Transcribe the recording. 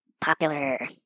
popular